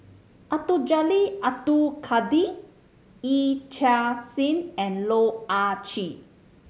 Abdul Jalil Abdul Kadir Yee Chia Hsing and Loh Ah Chee